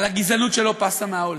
על הגזענות שלא פסה מהעולם?